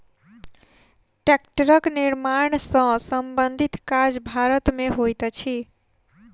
टेक्टरक निर्माण सॅ संबंधित काज भारत मे होइत अछि